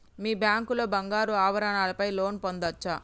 మీ bank లో బంగారు ఆభరణాల పై లోన్ పొందచ్చా?